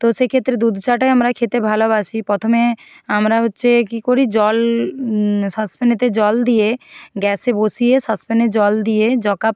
তো সেক্ষেত্রে দুধ চাটাই আমরা খেতে ভালোবাসি প্রথমে আমরা হচ্ছে কী করি জল সসপ্যানেতে জল দিয়ে গ্যাসে বসিয়ে সসপ্যানে জল দিয়ে যত কাপ